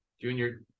Junior